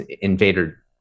invader